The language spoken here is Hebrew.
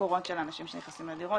המשכורות של אנשים שנכנסים לדירות.